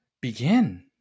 begin